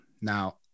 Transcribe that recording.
now